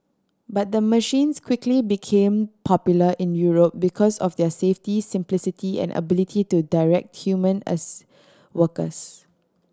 but the machines quickly became popular in Europe because of their safety simplicity and ability to direct human as workers